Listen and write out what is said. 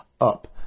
up